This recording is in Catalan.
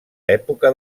època